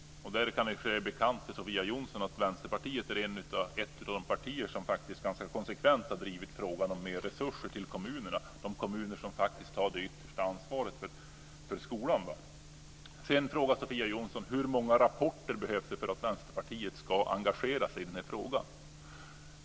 Därtill är det kanske bekant för Sofia Jonsson att Vänsterpartiet är ett av de partier som ganska konsekvent har drivit frågan om mer resurser till kommunerna, som faktiskt har det yttersta ansvaret för skolan. Sofia Jonsson frågar vidare hur många rapporter som behövs för att Vänsterpartiet ska engagera sig i den här frågan.